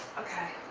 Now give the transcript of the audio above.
okay.